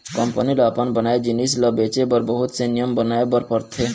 company ल अपन बनाए जिनिस ल बेचे बर बहुत से नियम बनाए बर परथे